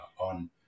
on